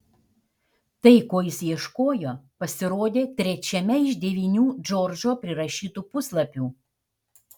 tai ko jis ieškojo pasirodė trečiame iš devynių džordžo prirašytų puslapių